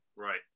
right